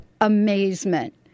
amazement